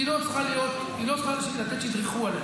היא לא צריכה לתת שידרכו עליה,